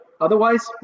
otherwise